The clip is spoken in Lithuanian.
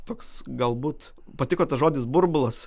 toks galbūt patiko tas žodis burbulas